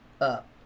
up